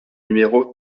numéro